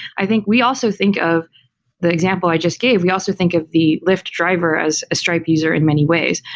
i think, we also think of the example i just gave, we also think of the lyft driver as a stripe user in many ways,